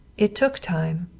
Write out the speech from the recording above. it took time.